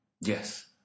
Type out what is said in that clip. Yes